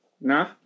Nah